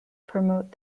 promote